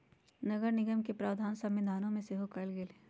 नगरनिगम के प्रावधान संविधान में सेहो कयल गेल हई